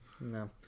No